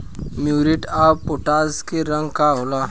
Muriate of potash के रंग का होला?